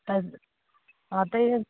तऽ हँ तऽ